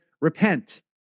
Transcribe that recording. repent